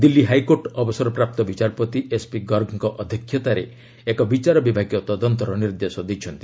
Delhi high court ଅବସରପ୍ରାପ୍ତ ବିଚାରପତି ଏସ୍ପି ଗର୍ଗଙ୍କ ଅଧ୍ୟକ୍ଷତାରେ ଏକ ବିଚାର ବିଭାଗୀୟ ତଦନ୍ତର ନିର୍ଦ୍ଦେଶ ଦେଇଛନ୍ତି